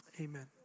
amen